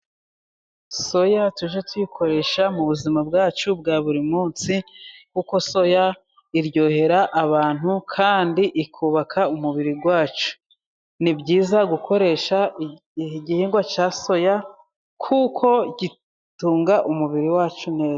Soya tujye tuyikoresha mu buzima bwacu bwa buri munsi, kuko soya iryohera abantu kandi ikubaka umubiri wacu. Ni byiza gukoresha igihingwa cya soya kuko gitunga umubiri wacu neza.